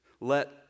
Let